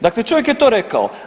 Dakle, čovjek je to rekao.